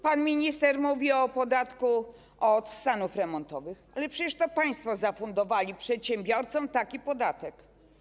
Pan minister mówi o podatku od stanów remontowych, ale przecież to państwo zafundowali przedsiębiorcom taki podatek.